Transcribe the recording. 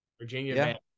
Virginia